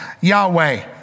Yahweh